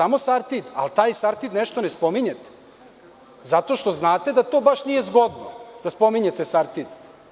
Ali, taj „Sartid“ nešto ne spominjete, zato što znate da to baš i nije zgodno da spominjete „Sartid“